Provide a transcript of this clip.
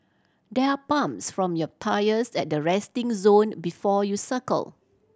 there are pumps from your tyres at the resting zone before you cycle